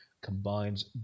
combines